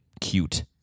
cute